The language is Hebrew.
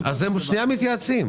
הם מתייעצים.